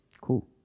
Cool